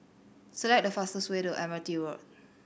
select the fastest way to Admiralty Road